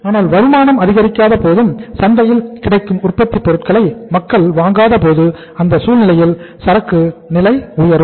ஆனால் வருமானம் அதிகரிக்காதபோது சந்தையில் கிடைக்கும் உற்பத்திப் பொருட்களை மக்கள் வாங்காதபோது அந்த சூழ்நிலையில் சரக்கு நிலை உயரும்